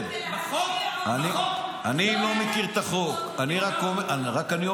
מי שתומך בטרור צריך להגיש נגדו כתבי